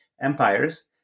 Empires